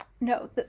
no